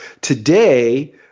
today